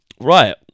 right